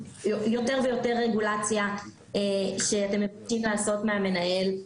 יותר ויותר רגולציה שאתם מבקשים מהמנהל.